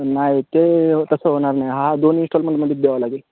नाही ते तसं होणार नाही हा दोन इन्स्टॉलमेंटमध्येच द्यावा लागेल